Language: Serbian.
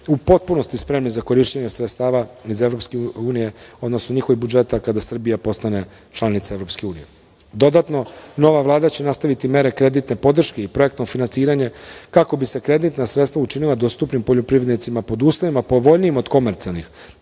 u potpunosti spremnim za korišćenje sredstava iz Evropske unije, odnosno njihovih budžeta kada Srbija postane članica Evropske unije. Dodatno, nova Vlada će nastaviti mere kreditne podrške i projektnog finansiranja, kako bi se kreditna sredstva učinila dostupnim poljoprivrednicima, pod uslovima povoljnijim od komercijalnih,